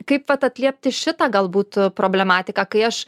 kaip vat atliepti šitą galbūt problematiką kai aš